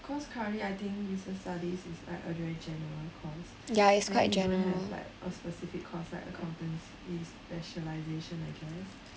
cause currently I think business studies is like a very general course then you don't have like a specific course like accountancy specialisation I guess